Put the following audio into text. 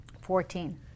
Fourteen